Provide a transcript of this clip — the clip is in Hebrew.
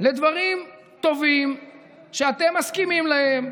לדברים טובים שאתם מסכימים להם,